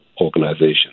organization